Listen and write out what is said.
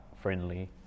friendly